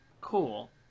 Cool